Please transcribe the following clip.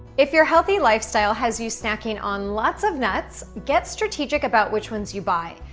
if your healthy lifestyle has you snacking on lots of nuts, get strategic about which ones you buy,